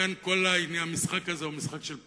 ולכן, כל המשחק הזה הוא משחק של פלסתר.